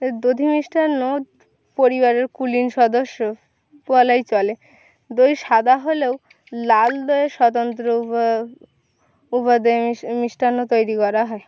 এই দধি মিষ্টান্ন পরিবারের কুলিন সদস্য বলাই চলে দই সাদা হলেও লাল দইয়ের স্বতন্ত্র উপদেয় মিষ্টান্ন তৈরি করা হয়